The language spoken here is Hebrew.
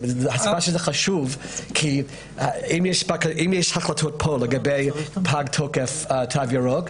זה חשוב כי אם יש החלטות לגבי פגות תוקף התו הירוק,